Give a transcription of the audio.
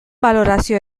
balorazio